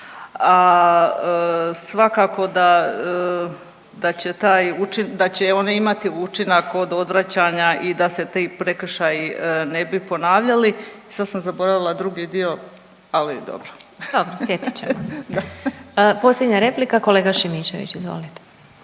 a svakako da će one imati učinak od odvraćanja i da se ti prekršaji ne bi ponavljali. Sad sam zaboravila drugi dio, ali dobro. **Glasovac, Sabina (SDP)** Dobro, sjetit ćemo se. Posljednja replika kolega Šimičević izvolite.